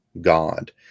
God